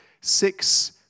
six